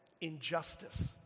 injustice